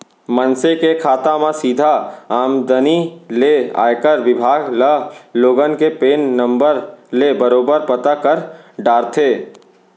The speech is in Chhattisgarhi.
मनसे के खाता म सीधा आमदनी ले आयकर बिभाग ह लोगन के पेन नंबर ले बरोबर पता कर डारथे